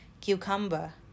cucumber